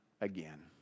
again